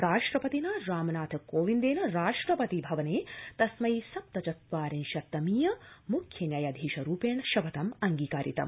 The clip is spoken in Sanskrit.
राष्ट्रपतिना रामनाथ कोविन्देन राष्ट्रपति अवने तस्मै सप्तचत्वारिंशत् तमीय म्ख्यन्यायाधीश रूपेण शपथम् अंगीकारितम्